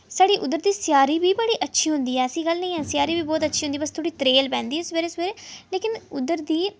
साढ़ी उद्धर दी सेआरी बी बड़ी अच्छी होंदी ऐ ऐसी गल्ल निं ऐ सेआरी बी बड़ी अच्छी होंदी बस थोह्ड़ी त्रेल पैंदी ऐ सवेरे सवेरे लेकिन उद्दर दी